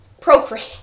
procreate